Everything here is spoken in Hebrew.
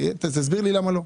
תסביר לי למה לא.